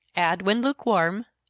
add, when lukewarm,